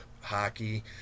hockey